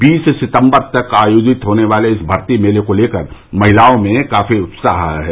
बैस सितम्बर तक आयोजित होने वाले इस भर्ती मेले को लेकर महिलाओं में काफी उत्साह है